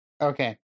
okay